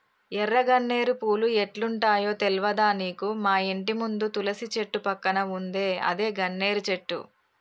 ఎర్ర గన్నేరు పూలు ఎట్లుంటయో తెల్వదా నీకు మాఇంటి ముందు తులసి చెట్టు పక్కన ఉందే అదే గన్నేరు చెట్టు